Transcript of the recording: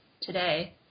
today